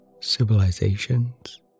civilizations